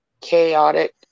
chaotic